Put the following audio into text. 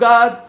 God